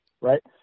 right